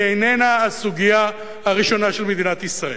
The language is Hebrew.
היא איננה הסוגיה הראשונה של מדינת ישראל.